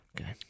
Okay